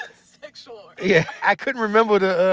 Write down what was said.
sexual organ. yeah, i couldn't remember the